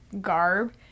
garb